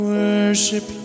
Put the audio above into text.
worship